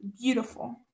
Beautiful